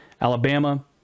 alabama